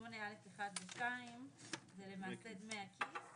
8א(1) ו-(2) זה למעשה דמי הכיס